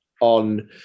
on